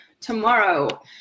Tomorrow